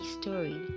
story